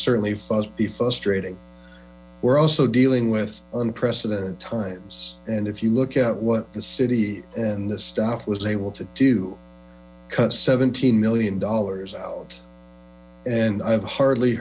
certainly must be frustrating we're also dealing with unprecedented times and if you look at what the city and the staff was able to do cut seventeen million dollars out and i've hardly